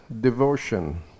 devotion